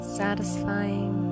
satisfying